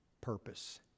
purpose